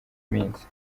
minsi